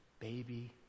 Baby